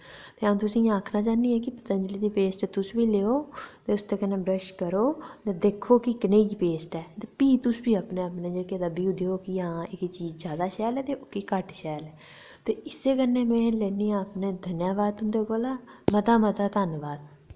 ते अ'ऊ तुसेंगी आखना चाह्न्नी आं कि ते पतंजलि दी पेस्ट तुस बी लेओ ते उसदे कन्नै ब्रश करो ते दिक्खो की कनेही पेस्ट ऐ ते भी तुस अपने अपने व्यू देओ कि हां एह् चीज़ जैदा शैल ऐ ते एह् चीज़ घट्ट शैल ऐ ते इस्सै कन्नै में लैन्नी आं धन्नवाद तुं'दे कोला मता मता धन्नबाद